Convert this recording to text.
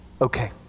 okay